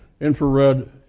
infrared